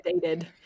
dated